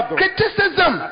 criticism